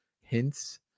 hints